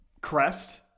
crest